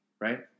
Right